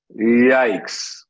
Yikes